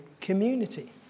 community